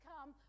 come